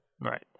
right